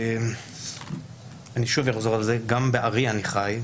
אומר שבעירי אני חי,